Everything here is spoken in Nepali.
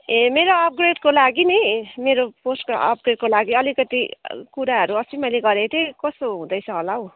ए मेरो अपग्रेडको लागि नि मेरो पोस्टको अपग्रेडको लागि अलिकति कुराहरू अस्ति मैले गरेको थिएँ कस्तो हुँदैछ होला हो